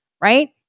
right